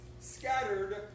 scattered